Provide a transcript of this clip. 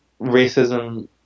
racism